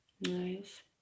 Nice